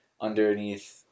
underneath